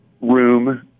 room